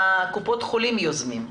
קופות החולים יוזמות.